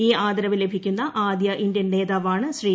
ഈ ആദരവ് ലഭിക്കുന്ന ആദ്യ ഇന്ത്യൻ നേതാവാണ് ശ്രീ